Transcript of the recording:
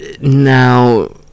Now